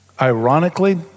Ironically